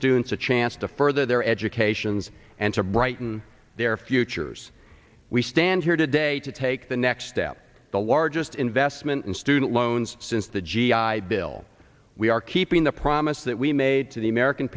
students a chance to further their educations and to brighten their futures we stand here today to take the next step the largest investment in student loans since the g i bill we are keeping the promise that we made to the american